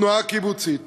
התנועה הקיבוצית,